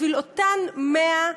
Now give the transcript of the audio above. בשביל אותם 100,